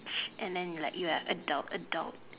and then you like adult adult